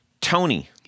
Tony